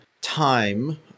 time